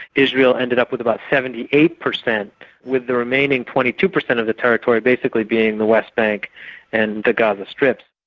israel ended up with about seventy eight percent with the remaining twenty two percent of the territory basically being the west bank and the gaza strip.